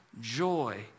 joy